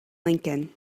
lincoln